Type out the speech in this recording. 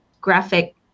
graphic